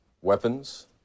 weapons